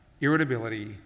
irritability